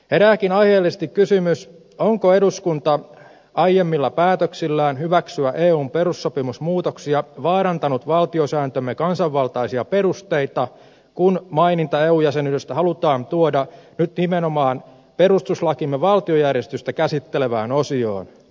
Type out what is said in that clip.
herääkin aiheellisesti kysymys onko eduskunta aiemmilla päätöksillään eun perussopimusmuutosten hyväksymisestä vaarantanut valtiosääntömme kansanvaltaisia perus teita kun maininta eu jäsenyydestä halutaan tuoda nyt nimenomaan perustuslakimme valtiojärjestystä käsittelevään osioon